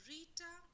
Rita